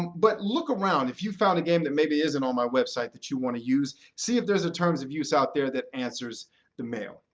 but look around. if you've found a game that maybe isn't on my website that you want to use, see if there's a terms of use out there that answers the mail.